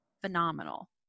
phenomenal